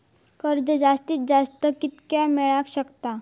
कर्ज जास्तीत जास्त कितक्या मेळाक शकता?